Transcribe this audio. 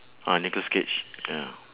ah nicholas cage ya